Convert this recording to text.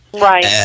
Right